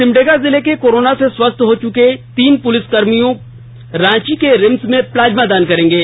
सिमडेगा जिले के कोरोना से स्वस्थ हो चुके तीन पुलिसकर्मी रांची के रिम्स में प्लामा दान करेंगे